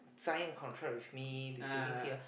sign contract with me they sitting here